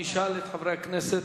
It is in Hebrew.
אני אשאל את חברי הכנסת: